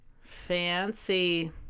fancy